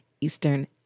eastern